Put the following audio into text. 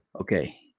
okay